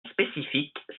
spécifique